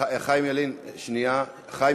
חיים ילין, שנייה, חמד עמאר.